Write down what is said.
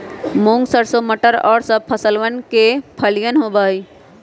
मूंग, सरसों, मटर और सब फसलवन के फलियन होबा हई